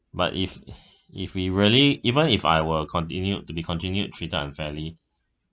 but if if we really even if I were continued to be continued treated unfairly